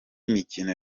mikino